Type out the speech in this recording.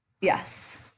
Yes